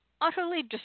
utterly